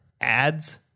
ads